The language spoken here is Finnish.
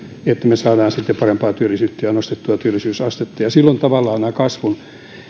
että me saamme sitten parempaa työllisyyttä ja nostettua työllisyysastetta silloin tavallaan nämä kasvun